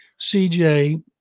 CJ